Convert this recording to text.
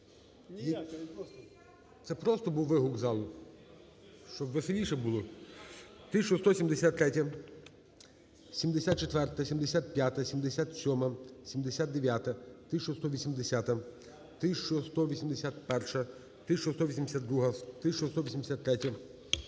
Це просто був вигук із залу, щоб веселіше було?